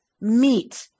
meat